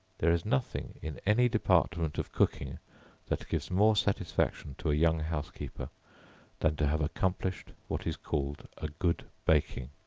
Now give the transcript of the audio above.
there is nothing in any department of cooking that gives more satisfaction to a young housekeeper than to have accomplished what is called a good baking.